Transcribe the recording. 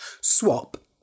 Swap